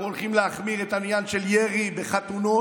אנחנו הולכים להחמיר את העניין של ירי בחתונות.